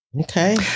Okay